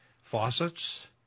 faucets